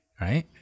right